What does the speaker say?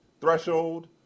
threshold